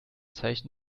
zeichen